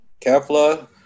Kefla